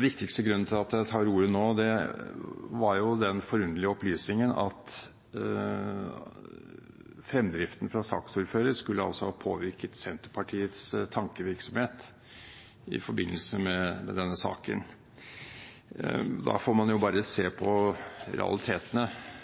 viktigste grunnen til at jeg tar ordet nå, er den forunderlige opplysningen at fremdriften fra saksordføreren skulle ha påvirket Senterpartiets tankevirksomhet i forbindelse med denne saken. Da får man bare se på realitetene.